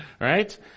right